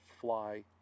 fly